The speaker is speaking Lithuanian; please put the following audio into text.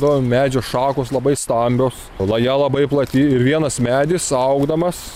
to medžio šakos labai stambios laja labai plati ir vienas medis augdamas